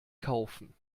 kaufen